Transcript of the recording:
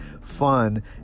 fun